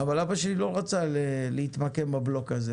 אבל אבא שלי להתמקם בבלוק הזה